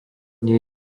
nie